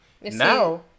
Now